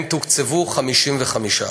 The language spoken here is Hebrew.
הם תוקצבו 55%,